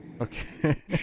Okay